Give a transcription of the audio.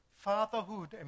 Fatherhood